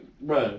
bro